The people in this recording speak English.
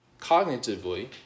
cognitively